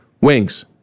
Wings